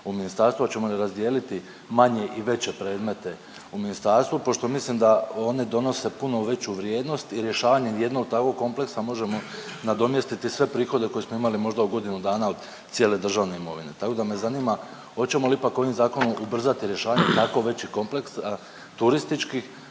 u ministarstvu? Hoćemo li razdijeliti manje i veće predmete u ministarstvu pošto mislim oni donose puno veću vrijednost i rješavanjem jednog takvog kompleksa možemo nadomjestiti sve prihode koje smo imali možda u godinu dana od cijele državne imovine. Tako da me zanima hoćemo li ipak ovim zakonom ubrzati rješavanje tako veći kompleks turistički